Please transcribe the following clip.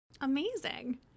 amazing